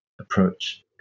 approach